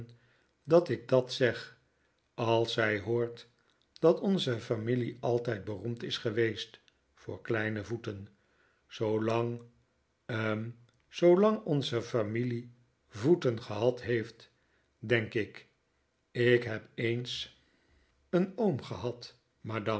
dat ik dat zeg als zij hoort dat onze familie altijd beroemd is geweest voor kleine voeten zoolang hm zoolang onze familie voeten gehad heeft denk ik ik heb eens een oom gehad